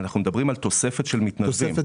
אנחנו מדברים על תוספת של מתנדבים.